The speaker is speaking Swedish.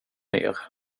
ner